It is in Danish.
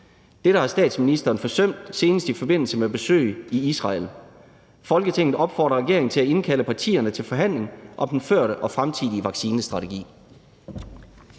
Dette har statsministeren forsømt senest i forbindelse med besøg i Israel. Folketinget opfordrer regeringen til at indkalde partierne til forhandling om den førte og fremtidige vaccinestrategi.«